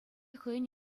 хӑйӗн